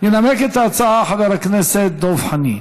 ינמק את ההצעה חבר הכנסת דב חנין.